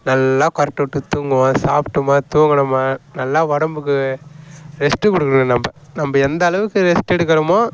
நல்லா கொறட்டை விட்டு தூங்குவேன் சாப்பிட்டமா தூங்குனோமா நல்லா உடம்புக்கு ரெஸ்ட்டு கொடுக்கணும் நம்ம நம்ம எந்த அளவுக்கு ரெஸ்ட் எடுக்கிறமோ